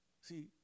See